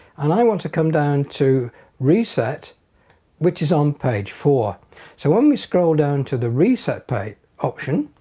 and i want to come down to reset which is on page four so when we scroll down to the reset page option